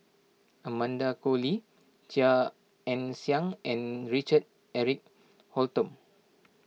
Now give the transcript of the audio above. Amanda Koe Lee Chia Ann Siang and Richard Eric Holttum